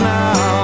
now